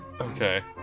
Okay